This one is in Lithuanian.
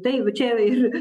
tai jau čia ir